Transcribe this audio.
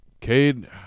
Cade